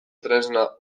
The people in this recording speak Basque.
tresna